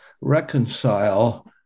reconcile